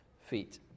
feet